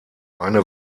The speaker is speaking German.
eine